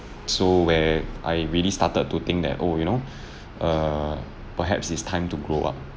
so where I really started to think that oh you know err perhaps it's time to grow up